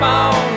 on